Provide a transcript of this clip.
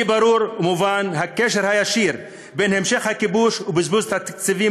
לי ברור ומובן הקשר הישיר בין המשך הכיבוש ובזבוז תקציבים